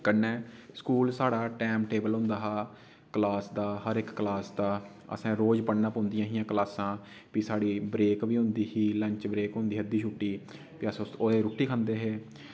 कन्नै स्कूल साढा time table होंदा हा क्लॉस दा हर इक क्लॉस दा असें रोज़ पढ़ना पौंदिया हियां क्लॉसां फ्ही साढ़ी ब्रेक बी होंदी ही लंच ब्रेक होंदी ही अद्धी छुट्टी ते अस ओल्लै रुट्टी खंदे हे